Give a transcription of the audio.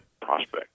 prospect